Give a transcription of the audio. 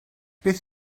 beth